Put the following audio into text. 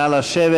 נא לשבת.